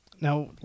Now